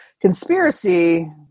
Conspiracy